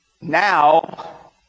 Now